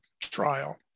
trial